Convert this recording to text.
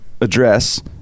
address